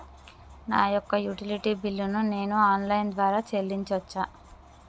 నా యొక్క utility bill ను నేను ఆన్ లైన్ ద్వారా చెల్లించొచ్చా?